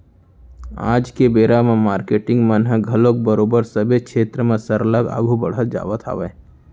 आज के बेरा म मारकेटिंग मन ह घलोक बरोबर सबे छेत्र म सरलग आघू बड़हत जावत हावय